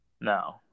no